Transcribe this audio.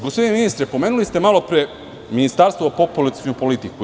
Gospodine ministre, pomenuli ste malopre ministarstvo o populacionoj politici.